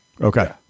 Okay